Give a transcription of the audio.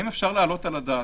האם ניתן להעלות על הדעת,